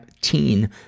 teen